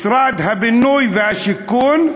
משרד הבינוי והשיכון,